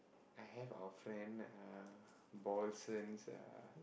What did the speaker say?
I have a friend uh uh